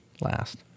last